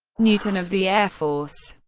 newton of the air force.